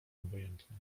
obojętne